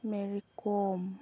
Mary Kom